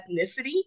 ethnicity